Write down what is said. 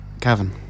Kevin